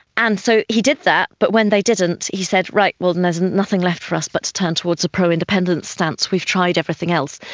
and so he did that, but when they didn't he said, right, and there's nothing left for us but to turn towards a pro-independence stance, we've tried everything else.